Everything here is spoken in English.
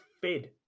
fed